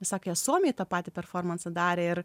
sakė suomiai tą patį performansą darė ir